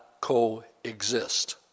coexist